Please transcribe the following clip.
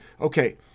okay